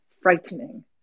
frightening